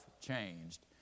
changed